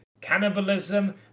cannibalism